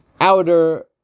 outer